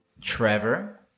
Trevor